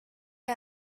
est